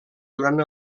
durant